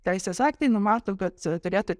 teisės aktai numato kad turėtų